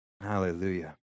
Hallelujah